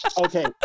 Okay